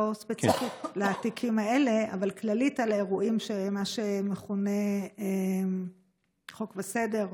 לא ספציפית לתיקים האלה אלא כללית על האירועים של מה שמכונה חוק וסדר,